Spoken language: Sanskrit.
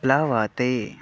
प्लवते